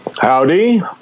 Howdy